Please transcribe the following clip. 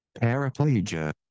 Paraplegia